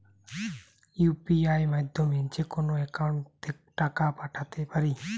UPI মাধ্যমে যেকোনো একাউন্টে টাকা পাঠাতে পারি?